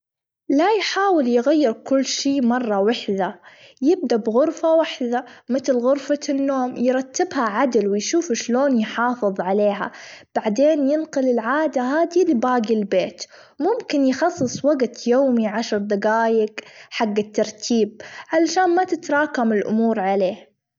لا يحاول يغيير كل شي مرة واحدة يبدأ بغرفة واحذة متل غرفة النوم يرتبها عدل ويشوف إيش لون يحافظ عليها، بعدين ينقل العادة هدي لباجي البيت ممكن يخصص وجت يومي عشر دجايج حج الترتيب علشان ما تتراكم الأمور عليه.